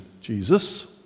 Jesus